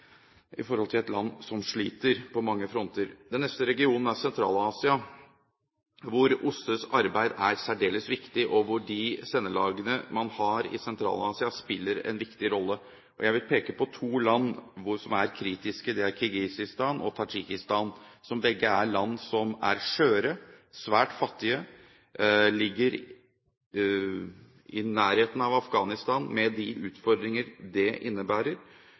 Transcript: i et land som sliter på mange fronter. Den neste regionen er Sentral-Asia, hvor OSSEs arbeid er særdeles viktig, og hvor de sendelagene man har i Sentral-Asia, spiller en viktig rolle. Jeg vil peke på to land som er kritiske, det er Kirgisistan og Tadsjikistan. Begge er land som er skjøre, svært fattige, ligger i nærheten av Afghanistan, med de utfordringer det innebærer,